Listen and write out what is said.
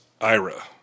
Ira